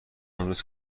امروز